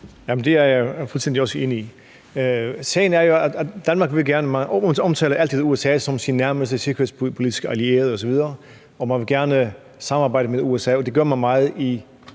Det er jeg også fuldstændig enig i. Sagen er jo, at Danmark altid omtaler USA som sin nærmeste sikkerhedspolitiske allierede osv., og man vil gerne samarbejde med USA, og det gør man meget i